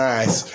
Nice